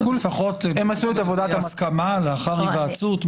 לפחות, תהיה הסכמה לאחר היוועצות?